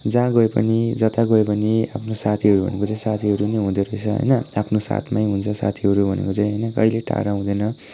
जहाँ गए पनि जता गए पनि आफ्नो साथीहरू भनेको चाहिँ साथीहरू नै हुँदो रहेछ होइन आफ्नो साथमै हुन्छ साथीहरू भनेको चाहिँ होइन कहिले टाढा हुँदैन